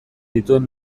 dituen